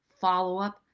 follow-up